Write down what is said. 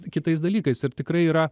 kitais dalykais ir tikrai yra